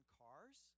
cars